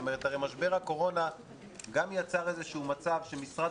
הרי משבר הקורונה גם יצר איזשהו מצב שמשרד